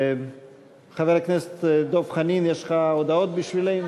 חבר הכנסת דב חנין, יש לך הודעות בשבילנו?